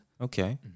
Okay